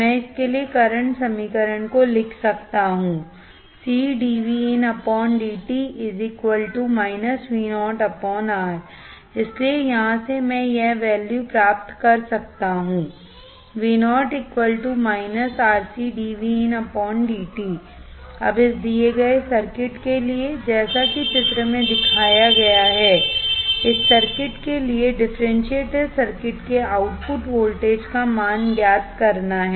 मैं इसके लिए करंट समीकरण को लिख सकता हूं इसलिए यहां से मैं यह वैल्यू प्राप्त कर सकता हूं अब इस दिए गए सर्किट के लिए जैसा कि चित्र में दिखाया गया हैइस सर्किट के लिएडिफरेंशिएटर सर्किट के आउटपुट वोल्टेज का मान ज्ञात करना है